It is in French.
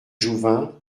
jouvin